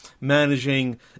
managing